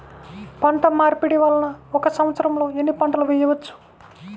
పంటమార్పిడి వలన ఒక్క సంవత్సరంలో ఎన్ని పంటలు వేయవచ్చు?